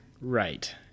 Right